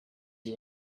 you